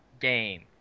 game